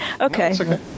Okay